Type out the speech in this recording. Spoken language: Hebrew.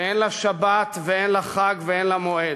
שאין לה שבת, אין לה חג ואין לה מועד.